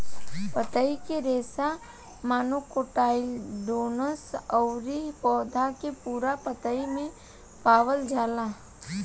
पतई के रेशा मोनोकोटाइलडोनस अउरी पौधा के पूरा पतई में पावल जाला